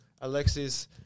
Alexis